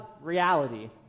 reality